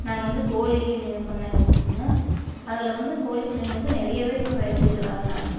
நாங்கள் வந்து கோழிப் பண்ணை வெச்சுருந்தோம் அதில் வந்து கோழிப் பண்ணையில் வந்து நிறைய பேர் இப்போ வெச்சிக்கிறாங்க